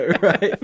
right